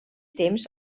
temps